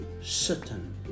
certain